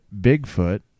Bigfoot